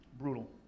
brutal